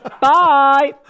Bye